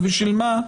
אז בשביל מה?